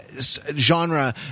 genre